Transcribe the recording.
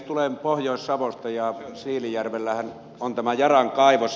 tulen pohjois savosta ja siilinjärvellähän on tämä yaran kaivos